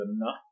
enough